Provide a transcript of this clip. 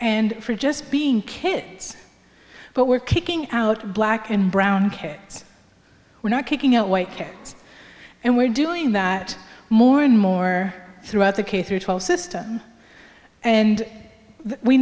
and for just being kids but we're kicking out black and brown care we're not kicking out white care and we're doing that more and more throughout the k through twelve system and we